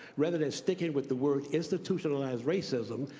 rather than sticking with the word institutionalizeed racism,